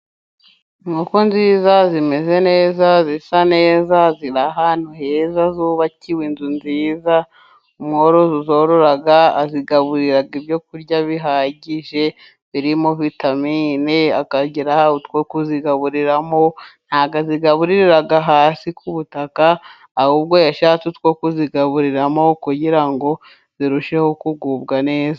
Inkoko nziza zimeze neza, zisa neza ,ziri ahantu heza ,zubakiwe inzu nziza ,umworozi uzorora azigaburira ibyo kurya bihagije, birimo vitamine akagira utwo kuzigaburiramo, ntabwo azigaburirira hasi ku butaka ,ahubwo yashatse utwo kuzigaburiramo ,kugira ngo zirusheho kugubwa neza.